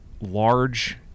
large